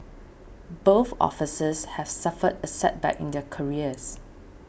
both officers have suffered a setback in their careers